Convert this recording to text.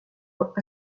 moins